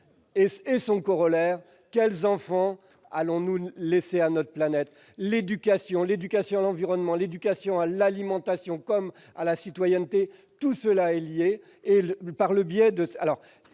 Et son corollaire : quels enfants allons-nous laisser à notre planète ? L'éducation à l'environnement, l'éducation à l'alimentation, l'éducation à la citoyenneté : tout est lié